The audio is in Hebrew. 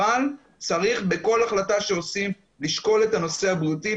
אבל צריך בכל החלטה שעושים לשקול את הנושא הבריאותי.